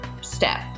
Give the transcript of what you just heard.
step